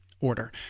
order